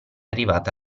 arrivata